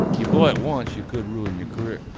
you blow at once you could ruin your career.